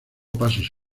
pasos